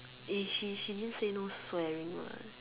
is she she didn't say no swearing what